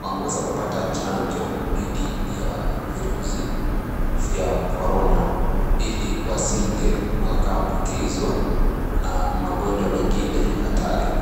wameweza kupata chanjo dhidi ya virusi vya korona, ili wasije wakaambukizwa na magonjwa mengine hatari.